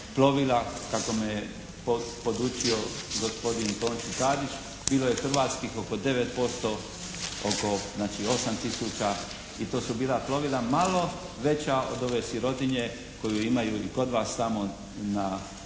plovila kako me podučio gospodin Tonči Tadić, bilo je hrvatskih oko 9% oko znači 8 tisuća i to su bila plovila malo veća od ove sirotinje koju imaju i kod vas tamo na